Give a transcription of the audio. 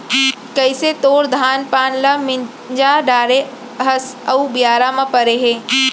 कइसे तोर धान पान ल मिंजा डारे हस अउ बियारा म परे हे